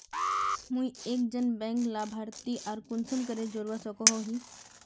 मुई एक जन बैंक लाभारती आर कुंसम करे जोड़वा सकोहो ही?